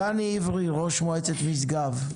דני עברי, ראש מועצת משגב.